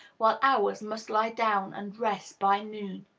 while ours must lie down and rest by noon.